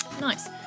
Nice